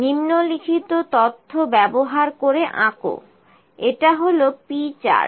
নিম্নলিখিত তথ্য ব্যবহার করে আঁকো এটা হল P চার্ট